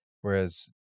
Whereas